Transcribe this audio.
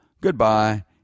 goodbye